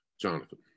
jonathan